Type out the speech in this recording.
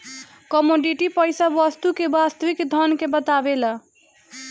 commodity पईसा वस्तु के वास्तविक धन के बतावेला